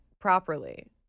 properly